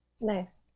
Nice